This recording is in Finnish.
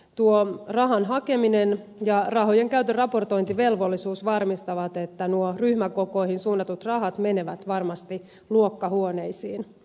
tuo rahan hakeminen ja rahojen käytön raportointivelvollisuus varmistavat että nuo ryhmäkokoihin suunnatut rahat menevät varmasti luokkahuoneisiin